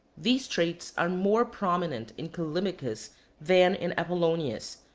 these traits are more prominent in callimachus than in apollonius,